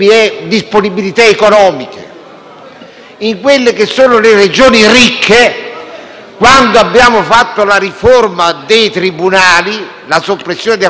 economica, nelle Regioni ricche. Quando abbiamo fatto la riforma dei tribunali, con la soppressione di alcuni tribunali, io ho gridato allo scandalo,